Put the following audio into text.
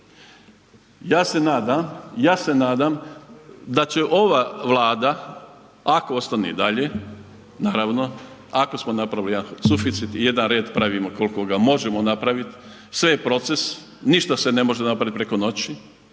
Ja se nadam da će ova Vlada ako ostane i dalje, naravno, ako smo napravili jedan suficit i jedan red pravimo koliko ga možemo napraviti, sve je proces, ništa se ne može napraviti preko noći,